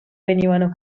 venivano